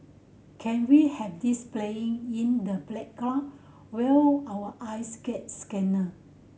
can we have this playing in the playground while our eyes get scanned